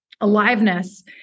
aliveness